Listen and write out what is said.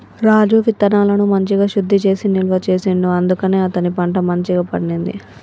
రాజు విత్తనాలను మంచిగ శుద్ధి చేసి నిల్వ చేసిండు అందుకనే అతని పంట మంచిగ పండింది